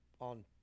on